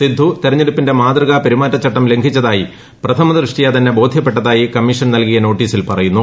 സിദ്ധു തെരഞ്ഞെടുപ്പിന്റെ മാതൃകാ പെരുമാറ്റച്ചട്ടം ലംഘിച്ചതായി പ്രഥമദൃഷ്ട്യാ തന്നെ ബോധ്യപ്പെട്ടതായി കമ്മീഷൻ നൽകിയ നോട്ടീസിൽ പറയുന്നു